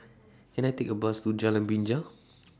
Can I Take A Bus to Jalan Binja